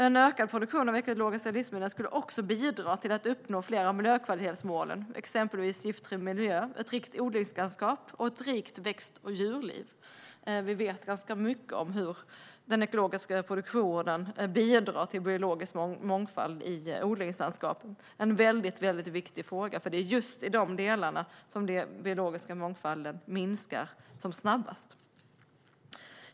En ökad produktion av ekologiska livsmedel skulle också bidra till att uppnå flera av miljökvalitetsmålen, exempelvis Giftfri miljö, Ett rikt odlingslandskap och Ett rikt växt och djurliv. Vi vet ganska mycket om hur den ekologiska produktionen bidrar till biologisk mångfald i odlingslandskapet. Det är en väldigt viktig fråga, för det är i just de delarna som den biologiska mångfalden minskar snabbast.